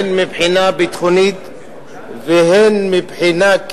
הן מבחינה ביטחונית והן מבחינה,